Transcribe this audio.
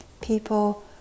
people